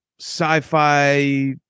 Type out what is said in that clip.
sci-fi